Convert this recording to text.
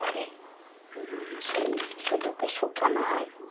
পরে সেই রোদে শুকানো হয়